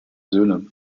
söhne